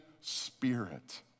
spirit